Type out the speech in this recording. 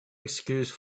excuse